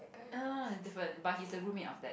err no it's different but he's the roommate of that